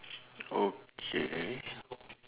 okay